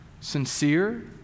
sincere